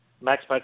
Max